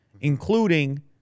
Including